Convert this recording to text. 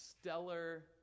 stellar